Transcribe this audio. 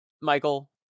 michael